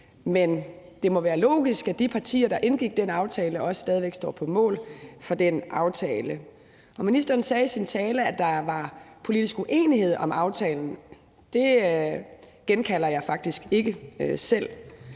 men det må være logisk, at de partier, der indgik den aftale, også stadig væk står på mål for den aftale. Ministeren sagde i sin tale, at der var politisk uenighed om aftalen. Det genkalder jeg mig faktisk ikke selv